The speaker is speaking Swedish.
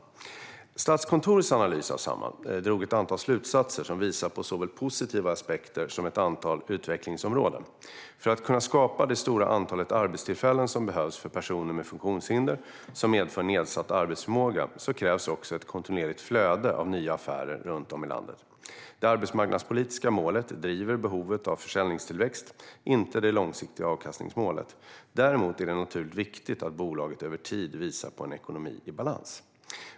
I Statskontorets analys av Samhall drogs ett antal slutsatser som visar på såväl positiva aspekter som ett antal utvecklingsområden. För att kunna skapa det stora antal arbetstillfällen som behövs för personer med funktionshinder som medför nedsatt arbetsförmåga krävs ett kontinuerligt flöde av nya affärer runt om i landet. Det arbetsmarknadspolitiska målet driver behovet av försäljningstillväxt, inte det långsiktiga avkastningsmålet. Däremot är det naturligtvis viktigt att bolaget över tid visar på en ekonomi i balans.